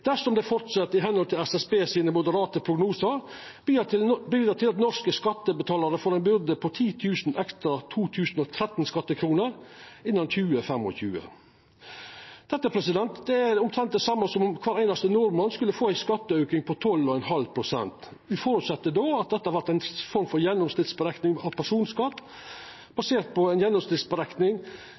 dersom det held fram i samsvar med SSBs moderate prognosar, bidra til at norske skattebetalarar får ei byrde på ca. 10 000 ekstra 2013-skattekroner innan 2025. Det er omtrent det same som at kvar einaste nordmann skulle få ein skatteauke på 12,5 pst. Ein føreset då at dette vert ei form for gjennomsnittsberekning av personskatt, basert på